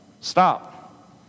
stop